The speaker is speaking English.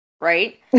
right